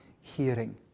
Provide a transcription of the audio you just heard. hearing